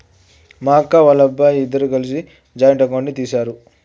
మా అక్క, వాళ్ళబ్బాయి ఇద్దరూ కలిసి జాయింట్ అకౌంట్ ని తీశారు